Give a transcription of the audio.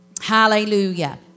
Hallelujah